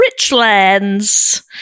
Richlands